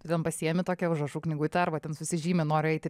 tu ten pasiemi tokią užrašų knygutę arba ten susižymi noriu eiti